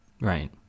Right